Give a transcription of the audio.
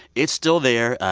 it's still there.